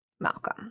Malcolm